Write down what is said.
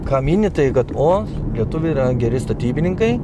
ką mini tai kad o lietuviai yra geri statybininkai